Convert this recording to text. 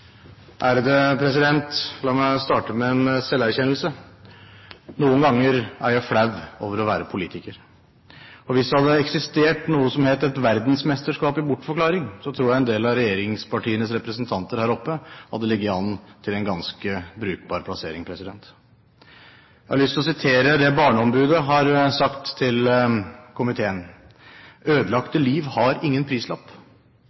jeg flau over å være politiker. Hvis det hadde eksistert noe som het et verdensmesterskap i bortforklaring, tror jeg en del av regjeringspartienes representanter hadde ligget an til en ganske brukbar plassering. Jeg har lyst til å sitere det barneombudet har sagt til komiteen: «Ødelagte liv har ingen prislapp.»